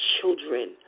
children